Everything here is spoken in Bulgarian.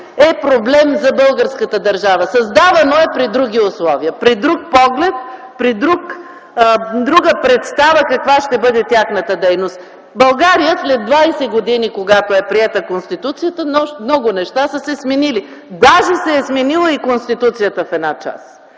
е проблем за българската държава. Създавано е при други условия, при друг поглед, при друга представа каква ще бъде тяхната дейност. В България след 20 години, когато е приета Конституцията, много неща са се сменили. Даже и Конституцията се е